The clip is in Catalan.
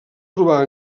trobar